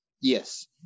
yes